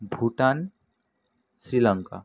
Bhutan Sri Lanka